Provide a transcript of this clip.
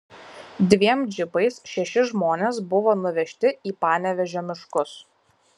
dviem džipais šeši žmonės buvo nuvežti į panevėžio miškus